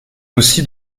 aussi